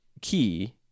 key